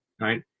right